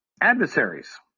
adversaries